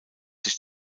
sich